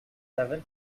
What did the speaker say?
seven